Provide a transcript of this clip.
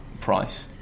price